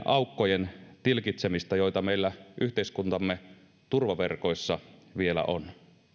aukkojen tilkitsemistä joita meillä yhteiskuntamme turvaverkoissa vielä on